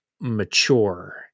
mature